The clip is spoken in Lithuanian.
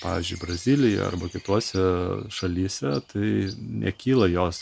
pavyzdžiui brazilijoj arba kitose šalyse tai nekyla jos